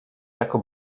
jako